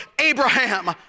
Abraham